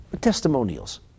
testimonials